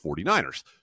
49ers